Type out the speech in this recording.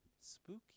spooky